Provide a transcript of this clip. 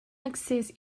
excés